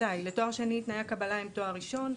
לתואר שני תנאי הקבלה הם תואר ראשון.